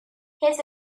his